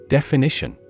Definition